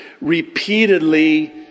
repeatedly